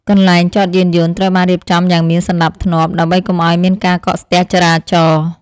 កន្លែងចតយានយន្តត្រូវបានរៀបចំយ៉ាងមានសណ្តាប់ធ្នាប់ដើម្បីកុំឱ្យមានការកកស្ទះចរាចរណ៍។